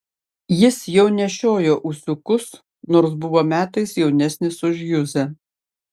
jis jau nešiojo ūsiukus nors buvo metais jaunesnis už juzę